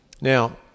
now